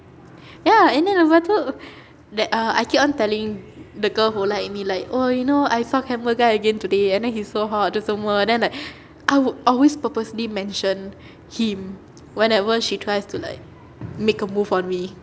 ya and then lepas tu that err I keep on telling the girl who like me like oh you know I saw camera guy again today and then he's so hot tu semua then like I would always purposely mention him whenever she tries to like make a move on me